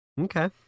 Okay